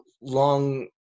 long